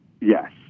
Yes